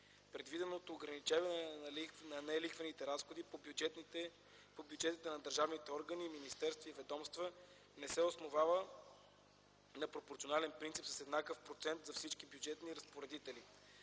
Предвиденото ограничаване на нелихвените разходи по бюджетите на държавните органи, министерства и ведомства, не се основава на пропорционален принцип с еднакъв процент за всички бюджетни разпоредители.